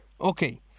Okay